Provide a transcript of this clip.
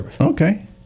Okay